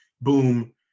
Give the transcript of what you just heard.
boom